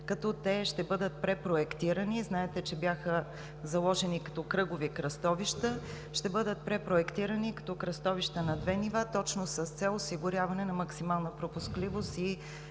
като те ще бъдат препроектирани. Знаете, че бяха заложени като кръгови кръстовища, ще бъдат препроектирани като кръстовища на две нива точно с цел осигуряване на максимална пропускливост и